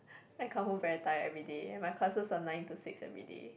I come home very tired everyday and my classes are nine to six everyday